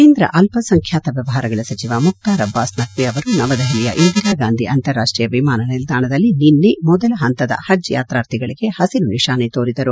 ಕೇಂದ್ರ ಅಲ್ಪಸಂಖ್ಯಾತ ವ್ಯವಹಾರಗಳ ಸಚಿವ ಮುಕ್ತಾರ್ ಅಬ್ಬಾಸ್ ನಖ್ವಿ ಅವರು ನವದೆಹಲಿಯ ಇಂದಿರಾ ಗಾಂಧಿ ಅಂತಾರಾಷ್ಟೀಯ ವಿಮಾನ ನಿಲ್ದಾಣದಲ್ಲಿ ನಿನ್ನೆ ಮೊದಲ ಹಂತದ ಹಜ್ ಯಾತಾರ್ಥಿಗಳಿಗೆ ಹಸಿರು ನಿಶಾನೆ ತೋರಿದರು